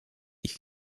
ich